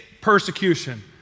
persecution